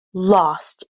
lost